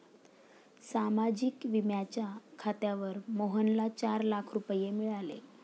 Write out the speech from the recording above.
सामाजिक विम्याच्या खात्यावर मोहनला चार लाख रुपये मिळाले